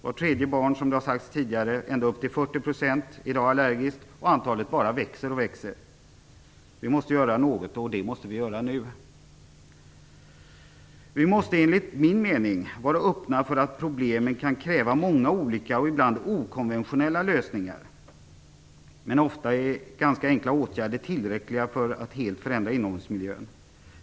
Som tidigare har sagts är vart tredje barn, ända upp till 40 %, i dag allergiskt, och antalet bara fortsätter att växa. Vi måste göra något, och vi måste göra det nu. Vi måste enligt men mening vara öppna för att problemen kan kräva många olika och ibland okonventionella lösningar. Men ofta är ganska enkla åtgärder tillräckliga för att helt förändra inomhusmiljön.